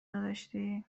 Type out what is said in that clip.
داشتی